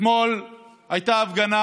אתמול הייתה הפגנה